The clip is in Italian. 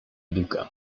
duca